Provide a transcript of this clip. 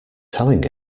telling